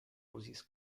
roses